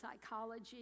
psychology